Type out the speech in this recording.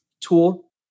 tool